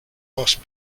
boss